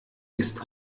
ist